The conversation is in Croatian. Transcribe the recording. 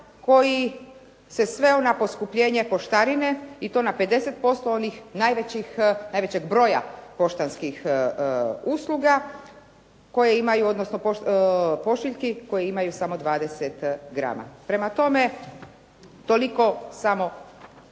koji se sveo na poskupljenje poštarine i to na 50% onih najvećih, najvećeg broja poštanskih usluga koje imaju, odnosno pošiljki koje imaju samo 20 grama. Prema tome, toliko samo